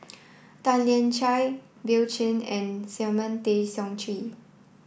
Tan Lian Chye Bill Chen and Simon Tay Seong Chee